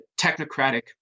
technocratic